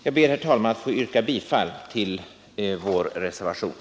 Jag ber, herr talman, att få yrka bifall till vår reservation.